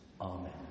Amen